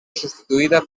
substituïda